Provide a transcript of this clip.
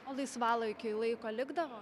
o laisvalaikiui laiko likdavo